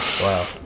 Wow